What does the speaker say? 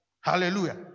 Hallelujah